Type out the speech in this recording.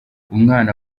umwana